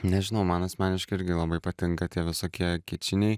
nežinau man asmeniškai irgi labai patinka tie visokie kičiniai